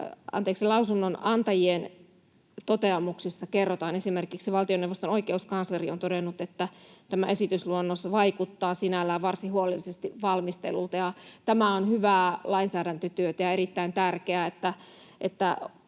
lausunnonantajien toteamuksissa kerrotaan, esimerkiksi valtioneuvoston oikeuskansleri on todennut, että tämä esitysluonnos vaikuttaa sinällään varsin huolellisesti valmistellulta. Tämä on hyvää lainsäädäntötyötä, ja on erittäin tärkeää,